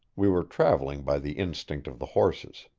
we were traveling by the instinct of the horses.